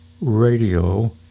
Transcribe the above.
radio